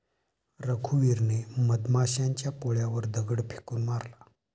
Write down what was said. रघुवीरने मधमाशांच्या पोळ्यावर दगड फेकून मारला